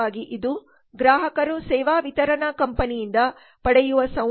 ಮುಖ್ಯವಾಗಿ ಇದು ಗ್ರಾಹಕರು ಸೇವಾ ವಿತರಣಾ ಕಂಪನಿಯಿಂದ ಪಡೆಯುವ ಸಂವಹನ ಮತ್ತು ಪ್ರಚಾರಗಳಿಂದಾಗಿರುತ್ತದೆ